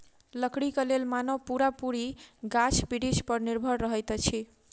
लकड़ीक लेल मानव पूरा पूरी गाछ बिरिछ पर निर्भर रहैत अछि